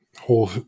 whole